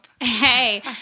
Hey